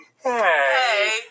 Hey